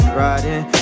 riding